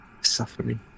suffering